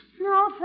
No